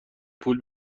پول